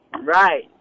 Right